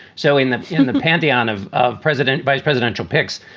so in the in the pantheon of of president vice presidential picks,